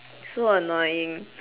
so annoying